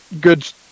good